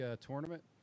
tournament